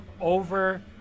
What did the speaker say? over